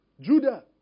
Judah